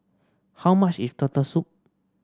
how much is Turtle Soup